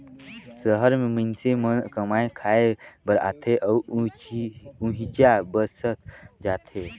सहर में मईनसे मन कमाए खाये बर आथे अउ उहींच बसत जात हें